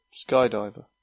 skydiver